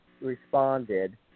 responded